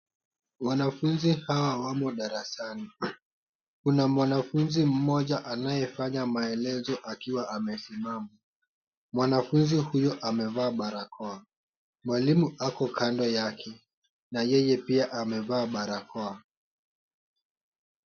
Wanafunzi hawa wamo darasani. Kuna mwanafunzi mmoja anayefanya maelezo akiwa amesimama. Mwanafunzi huyu amevaa barakoa. Mwalimu ako kando yake na yeye pia amevaa barakoa.